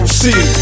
see